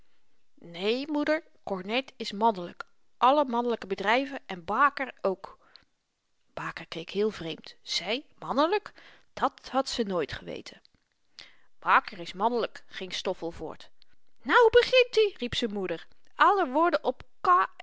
né moeder kornet is mannelyk alle mannelyke bedryven en baker ook baker keek heel vreemd zy mannelyk dat had ze nooit geweten baker is mannelyk ging stoffel voort nou begint i riep z'n moeder alle woorden op